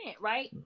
right